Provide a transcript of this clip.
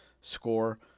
score